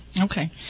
Okay